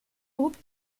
groupe